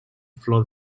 flor